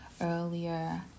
earlier